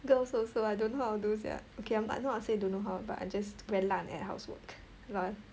girls also I don't know how to do sia okay I'm not say don't know how but I just very 烂 at housework lah